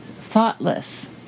thoughtless